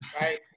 right